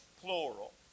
plural